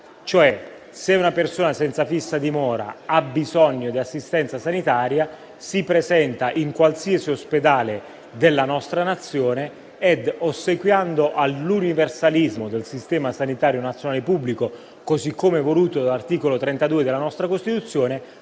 cioè una persona senza fissa dimora ha bisogno di assistenza sanitaria, si presenta in qualsiasi ospedale della nostra Nazione e, ossequiando all'universalismo del Sistema sanitario nazionale pubblico, così come voluto dall'articolo 32 della nostra Costituzione,